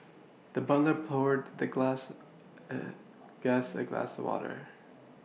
the butler poured the glass guest a glass water